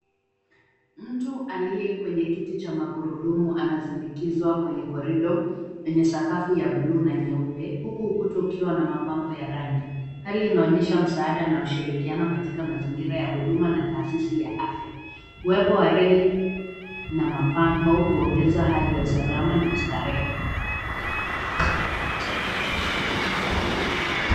Mtu aliye kwenye kiti cha magurudumu anasindikizwa kwenye korido yenye sakafu ya buluu na nyeupe huku ukuta ukiwa na mapambo ya rangi. Hali inaonyesha msaada na ushirikiano katika mazingira ya huduma na taasisi ya afya. Uwepo wa reli na mapambo huongeza hali ya usalama na ustarehe.